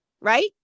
right